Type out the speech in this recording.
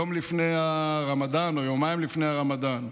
יום לפני הרמדאן או יומיים לפני הרמדאן,